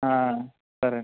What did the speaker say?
సరే